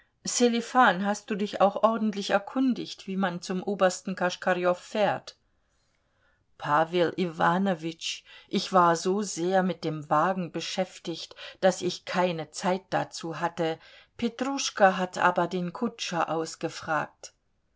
sselifan hast du dich auch ordentlich erkundigt wie man zum obersten koschkarjow fährt pawel iwanowitsch ich war so sehr mit dem wagen beschäftigt daß ich keine zeit dazu hatte petruschka hat aber den kutscher ausgefragt